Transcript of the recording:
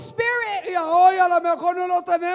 Spirit